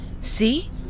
See